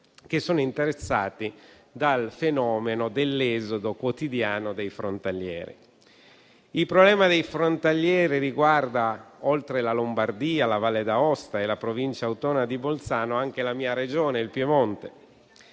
che sono interessati dal fenomeno dell'esodo quotidiano dei frontalieri. Il problema dei frontalieri riguarda, oltre la Lombardia, la Valle d'Aosta e la Provincia autonoma di Bolzano, anche la mia Regione, il Piemonte,